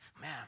Man